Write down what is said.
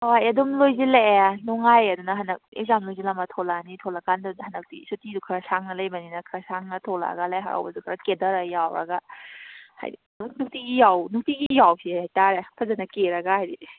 ꯍꯣꯏ ꯑꯗꯨꯝ ꯂꯣꯏꯁꯤꯜꯂꯛꯑꯦ ꯅꯨꯡꯉꯥꯏꯑꯦꯗꯅ ꯍꯟꯗꯛ ꯑꯦꯛꯖꯥꯝ ꯂꯣꯏꯁꯤꯜꯂꯝꯃ ꯊꯣꯂꯛꯑꯅꯤ ꯊꯣꯂꯛꯀꯥꯟꯗꯗꯤ ꯍꯟꯗꯛꯇꯤ ꯁꯨꯇꯤꯗꯣ ꯈꯔ ꯁꯥꯡꯅ ꯂꯩꯕꯅꯤꯅ ꯈꯔ ꯁꯥꯡꯅ ꯊꯣꯂꯛꯑꯒ ꯂꯥꯏ ꯍꯔꯥꯎꯕꯗꯣ ꯐꯖꯅ ꯀꯦꯊꯔ ꯌꯥꯎꯔꯒ ꯍꯥꯏꯗꯤ ꯑꯗꯨꯝ ꯅꯨꯡꯇꯤꯒꯤ ꯅꯨꯡꯇꯤꯒꯤ ꯌꯥꯎꯁꯦ ꯍꯥꯏꯇꯥꯔꯦ ꯐꯖꯅ ꯀꯦꯔꯒ ꯍꯥꯏꯗꯤ